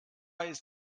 ist